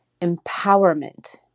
empowerment